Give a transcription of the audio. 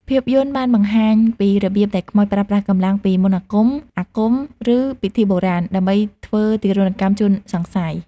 ភាពយន្តបានបង្ហាញពីរបៀបដែលខ្មោចប្រើប្រាស់កម្លាំងពី មន្តអាគម អាគម ឬ ពិធីបុរាណ ដើម្បីធ្វើទារុណកម្មជនសង្ស័យ។